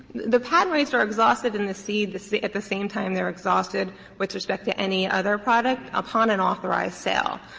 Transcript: the patent rights are exhausted in the seed the seed at the same time they are exhausted with respect to any other product, upon an authorized sale.